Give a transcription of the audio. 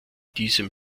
diesem